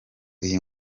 iyi